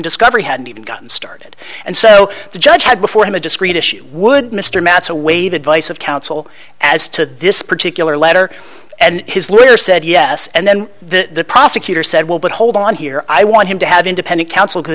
discovery hadn't even gotten started and so the judge had before him a discreet issue would mr matz away the advice of counsel as to this particular letter and his lawyer said yes and then the prosecutor said well but hold on here i want him to have independent counsel because